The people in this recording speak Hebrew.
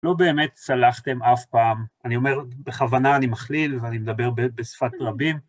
לא באמת סלחתם אף פעם, אני אומר בכוונה, אני מכליל ואני מדבר בשפת רבים.